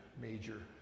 major